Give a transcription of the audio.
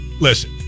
listen